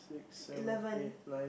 eleven